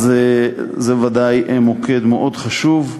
אז זה ודאי מוקד מאוד חשוב.